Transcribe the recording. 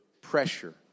pressure